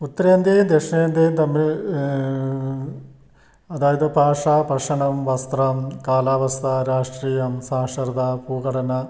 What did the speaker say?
ഉത്തരേന്ത്യയും ദക്ഷിണേന്ത്യയും തമ്മിൽ അതായത് ഭാഷ ഭക്ഷണം വസ്ത്രം കാലാവസ്ഥ രാഷ്ട്രീയം സാക്ഷരത ഭൂഘടന